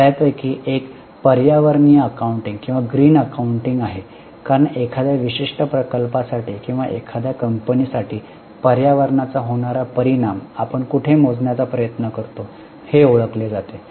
त्यापैकी एक पर्यावरणीय अकाउंटिंग किंवा ग्रीन अकाउंटिंग हे आहे कारण एखाद्या विशिष्ट प्रकल्पासाठी किंवा एखाद्या कंपनी साठी पर्यावरणाचा होणारा परिणाम आपण कुठे मोजण्याचा प्रयत्न करतो हे ओळखले जाते